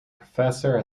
professor